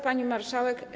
Pani Marszałek!